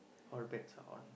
all bets are on